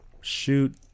shoot